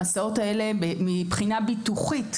המסעות האלה מבחינה ביטוחית,